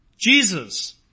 Jesus